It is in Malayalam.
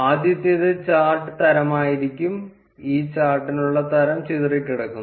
ആദ്യത്തേത് ചാർട്ട് തരമായിരിക്കും ഈ ചാർട്ടിനുള്ള തരം ചിതറിക്കിടക്കുന്നു